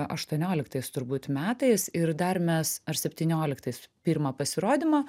aštuonioliktais turbūt metais ir dar mes ar septynioliktais pirmą pasirodymą